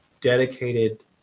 dedicated